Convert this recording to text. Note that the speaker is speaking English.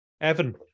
Evan